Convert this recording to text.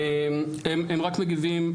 הם רק מגיבים,